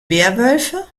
werwölfe